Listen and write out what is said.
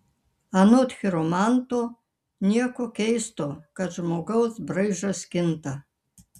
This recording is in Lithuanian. anot chiromanto nieko keisto kad žmogaus braižas kinta